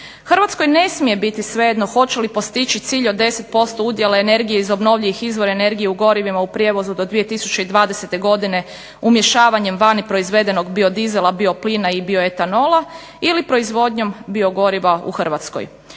Hrvatskoj ne smije biti svejedno hoće li postići cilj od 10% udjela energije iz obnovljivih izvora energije u gorivima u prijevozu do 2020. godine umješavanjem vani proizvedenog biodizela, bioplina i bioetanola ili proizvodnjom biogoriva u Hrvatskoj.